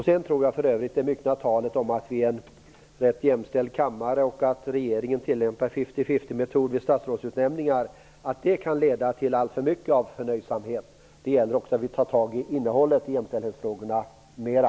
Sedan tror jag för övrigt att det myckna talet om att vi är en jämställd kammare och att regeringen tillämpar fifty-fifty-metoden i statsrådsutnämningar, kan leda till alltför stor förnöjsamhet. Det gäller att vi också tar tag i innehållet i jämställdhetsfrågorna.